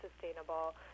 sustainable